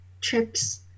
trips